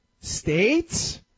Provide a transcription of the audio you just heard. states